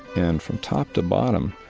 and from top to bottom,